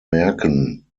merken